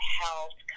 health